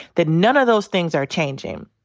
that none of those things are changing.